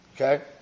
Okay